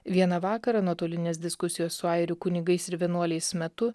vieną vakarą nuotolinės diskusijos su airių kunigais ir vienuoliais metu